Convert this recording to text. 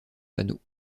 panneaux